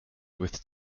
with